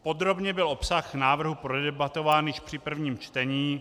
Podrobně byl obsah návrhu prodebatován již při prvním čtení.